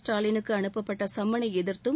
ஸ்டாலினுக்கு அனுப்பப்பட்ட சம்மனை எதிர்த்தும்